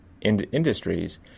industries